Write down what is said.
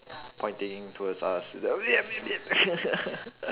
pointing towards us